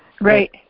Right